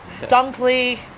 Dunkley